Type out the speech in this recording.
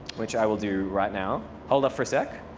which i will do right now. hold up for a sec.